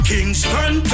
Kingston